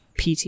pt